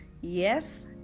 yes